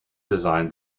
designed